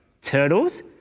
Turtles